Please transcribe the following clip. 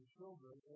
children